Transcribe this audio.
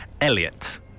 Elliot